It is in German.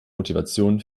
motivation